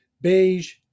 beige